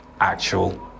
actual